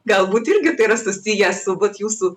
galbūt irgi tai yra susiję su vat jūsų